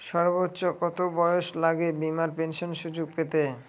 সর্বোচ্চ কত বয়স লাগে বীমার পেনশন সুযোগ পেতে?